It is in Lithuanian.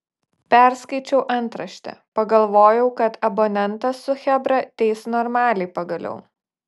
perskaičiau antraštę pagalvojau kad abonentą su chebra teis normaliai pagaliau